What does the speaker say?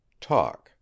talk